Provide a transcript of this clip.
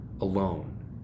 alone